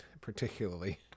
particularly